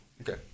Okay